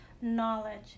knowledge